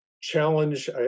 challenge